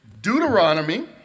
Deuteronomy